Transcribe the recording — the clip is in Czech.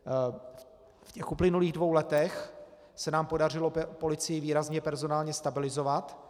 V uplynulých dvou letech se nám podařilo policii výrazně personálně stabilizovat.